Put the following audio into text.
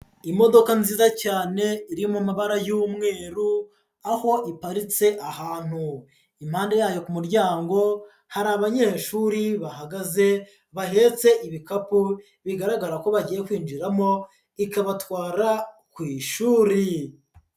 Imodoka nziza cyane iri mu mabara y'umweru, aho iparitse ahantu, impande yayo ku muryango hari abanyeshuri bahagaze bahetse ibikapu bigaragara ko bagiye kwinjiramo ikabatwara ku ishuri.